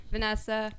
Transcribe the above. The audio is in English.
Vanessa